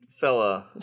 fella